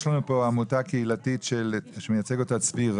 יש לנו פה עמותה קהילתית שמייצג אותה צבי ראם.